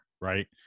Right